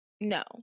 no